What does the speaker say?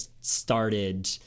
started